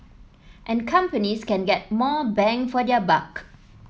and companies can get more bang for their buck